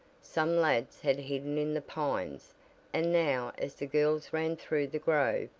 some lads had hidden in the pines and now as the girls ran through the grove,